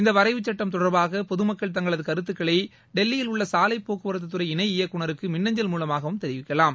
இந்தவரைவுச்சட்டம் தொடர்பாகபொதுமக்கள் தங்களதுகருத்துகளைடெல்லியில் உள்ளசாலைபோக்குவரத்துத் துறை இணை இயக்குநருக்குமின்னஞ்சல் மூலமாகதெரிவிக்கலாம்